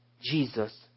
Jesus